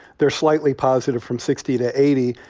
they're slightly positive from sixty to eighty,